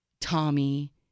Tommy